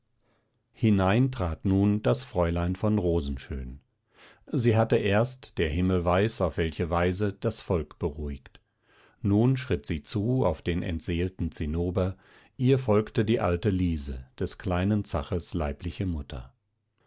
hinein trat nun das fräulein von rosenschön sie hatte erst der himmel weiß auf welche art das volk beruhigt nun schritt sie zu auf den entseelten zinnober ihr folgte die alte liese des kleinen zaches leibliche mutter